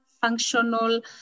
functional